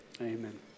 amen